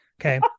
okay